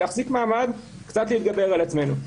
להחזיק מעמד וקצת להתגבר על עצמנו.